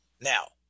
Now